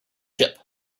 ship